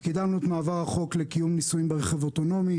קידמנו את מעבר החוק לקיום ניסויים ברכב אוטונומי.